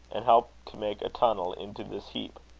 and help to make a tunnel into this heap.